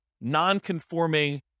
non-conforming